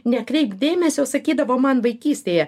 nekreipk dėmesio sakydavo man vaikystėje